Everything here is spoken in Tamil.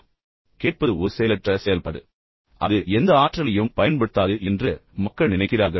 ஏனென்றால் கேட்பது ஒரு செயலற்ற செயல்பாடு பின்னர் அது எந்த ஆற்றலையும் பயன்படுத்தாது என்று மக்கள் நினைக்கிறார்கள்